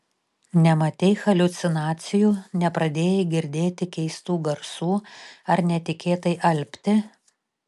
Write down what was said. nematei haliucinacijų nepradėjai girdėti keistų garsų ar netikėtai alpti